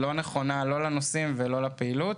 היא לא נכונה לנוסעים ולא לפעילות.